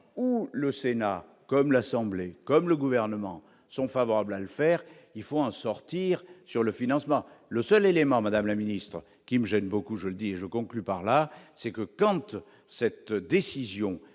où le Sénat comme l'Assemblée comme le gouvernement sont favorables à le faire, il faut en sortir sur le financement, le seul élément Madame la ministre, qui me gêne beaucoup, je le dis, je conclus par la Sécu plante cette décision